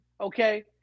Okay